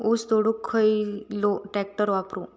ऊस तोडुक खयलो ट्रॅक्टर वापरू?